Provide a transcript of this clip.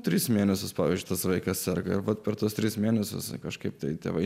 tris mėnesius parištas vaikas serga ir vat per tuos tris mėnesius kažkaip tai tėvai